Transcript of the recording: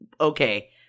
okay